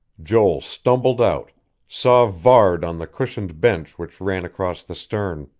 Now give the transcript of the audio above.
joel stumbled out saw varde on the cushioned bench which ran across the stern.